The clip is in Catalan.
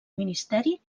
ministeri